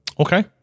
Okay